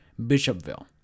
Bishopville